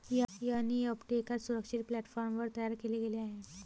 NEFT एका सुरक्षित प्लॅटफॉर्मवर तयार केले गेले आहे